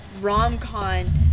rom-con